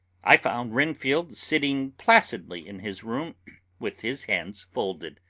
i found renfield sitting placidly in his room with his hands folded,